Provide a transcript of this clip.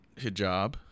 hijab